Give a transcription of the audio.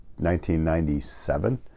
1997